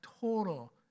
total